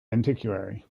antiquary